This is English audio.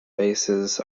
bases